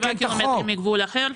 7 ק"מ מגבול אחר.